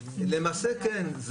למעשה כן.